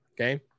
Okay